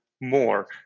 more